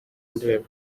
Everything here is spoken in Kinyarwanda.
ndeba